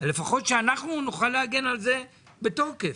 לפחות שאנחנו נוכל להגן על זה בתוקף